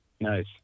Nice